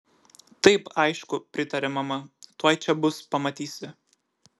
taip aišku pritarė mama tuoj čia bus pamatysi